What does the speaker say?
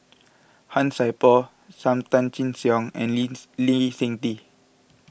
Han Sai Por Sam Tan Chin Siong and Lin's Lee Seng Tee